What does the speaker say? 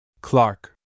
Clark